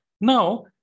Now